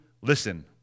listen